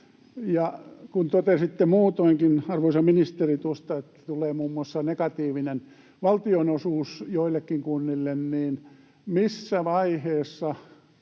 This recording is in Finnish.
Kun totesitte muutoinkin, arvoisa ministeri, tuosta, että tulee muun muassa negatiivinen valtionosuus joillekin kunnille, niin missä vaiheessa